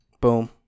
Boom